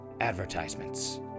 advertisements